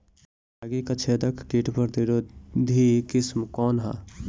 रागी क छेदक किट प्रतिरोधी किस्म कौन ह?